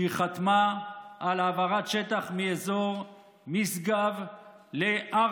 שחתמה על העברת שטח של 1,000 דונם מאזור משגב לעראבה,